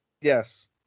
Yes